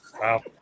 Wow